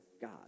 God